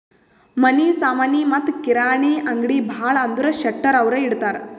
ಮನಿ ಸಾಮನಿ ಮತ್ತ ಕಿರಾಣಿ ಅಂಗ್ಡಿ ಭಾಳ ಅಂದುರ್ ಶೆಟ್ಟರ್ ಅವ್ರೆ ಇಡ್ತಾರ್